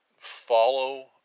follow